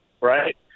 right